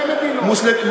נו,